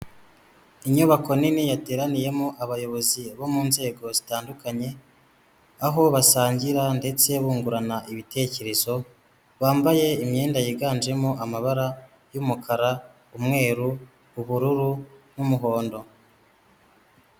Inyubako nini yateraniyemo abayobozi bo mu nzego zitandukanye, aho basangira, ndetse bungurana ibitekerezo, bambaye imyenda yiganjemo amabara y'umukara, umweru, ubururu, n'umuhondo.